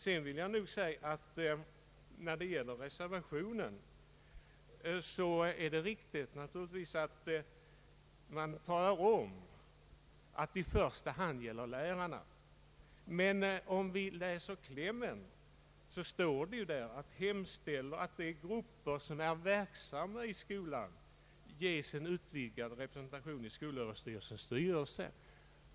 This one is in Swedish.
Det är riktigt att man i reservationen talar om att det i första hand gäller lärarna. Men i klämmen står att man bör hemställa hos Kungl. Maj:t att ”de grupper som är verksamma i skolan ges en utvidgad representation i skolöverstyrelsens styrelse”.